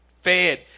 fed